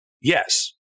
yes